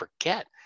forget